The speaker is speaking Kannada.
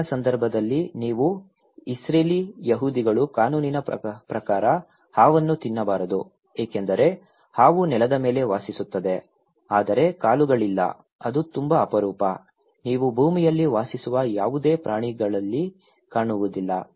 ಹಾವಿನ ಸಂದರ್ಭದಲ್ಲಿ ನೀವು ಇಸ್ರೇಲಿ ಯಹೂದಿಗಳ ಕಾನೂನಿನ ಪ್ರಕಾರ ಹಾವನ್ನು ತಿನ್ನಬಾರದು ಏಕೆಂದರೆ ಹಾವು ನೆಲದ ಮೇಲೆ ವಾಸಿಸುತ್ತದೆ ಆದರೆ ಕಾಲುಗಳಿಲ್ಲ ಅದು ತುಂಬಾ ಅಪರೂಪ ನೀವು ಭೂಮಿಯಲ್ಲಿ ವಾಸಿಸುವ ಯಾವುದೇ ಪ್ರಾಣಿಗಳಲ್ಲಿ ಕಾಣುವುದಿಲ್ಲ